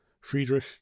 Friedrich